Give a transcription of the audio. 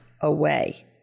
away